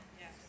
Yes